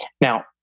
Now